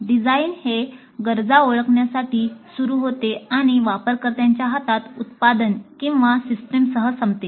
design हे गरजा ओळखण्यासाठी सुरू होते आणि वापरकर्त्याच्या हातात उत्पादन किंवा सिस्टमसह संपते